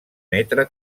metre